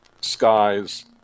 skies